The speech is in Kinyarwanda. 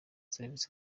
serivisi